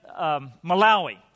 Malawi